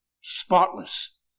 spotless